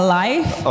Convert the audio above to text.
life